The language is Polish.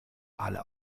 ale